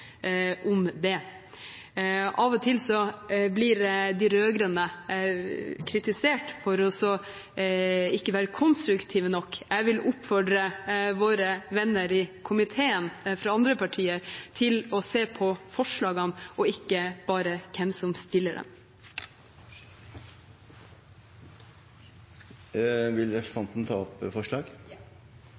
om det. Av og til blir de rød-grønne kritisert for ikke å være konstruktive nok. Jeg vil oppfordre våre venner i komiteen fra andre partier til å se på forslagene og ikke bare på hvem som stiller dem. Med dette tar jeg opp SVs forslag. Representanten Kirsti Bergstø har hatt opp